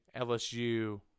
LSU